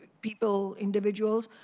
people, individuals.